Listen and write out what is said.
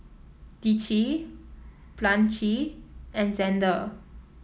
Dicie Blanche and Xander